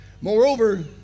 Moreover